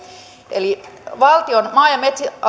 eli valtion maa ja